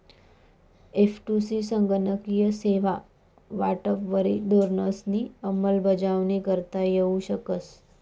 एफ.टु.सी संगणकीय सेवा वाटपवरी धोरणंसनी अंमलबजावणी करता येऊ शकस